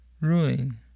ruin